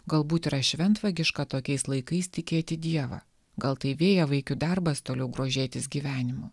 galbūt yra šventvagiška tokiais laikais tikėti dievą gal tai vėjavaikių darbas toliau grožėtis gyvenimu